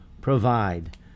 provide